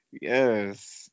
Yes